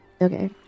Okay